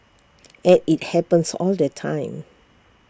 and IT happens all the time